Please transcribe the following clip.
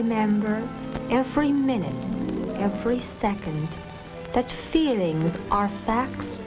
remember every minute every second that feelings are facts